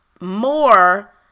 more